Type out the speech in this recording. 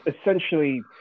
essentially